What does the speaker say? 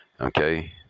Okay